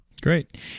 Great